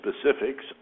specifics